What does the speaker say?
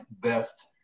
best